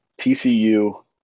TCU